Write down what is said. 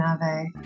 nave